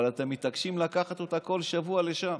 אבל אתם מתעקשים לקחת אותה כל שבוע לשם.